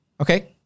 Okay